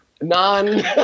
non